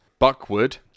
Buckwood